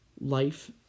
life